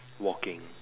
walking